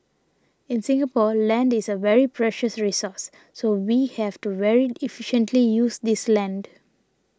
in Singapore land is a very precious resource so we have to very efficiently use this land